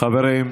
חברים.